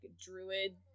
druid